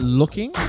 looking